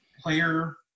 player –